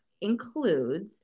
includes